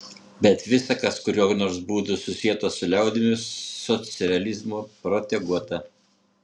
bet visa kas kuriuo nors būdu susieta su liaudimi socrealizmo proteguota